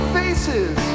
faces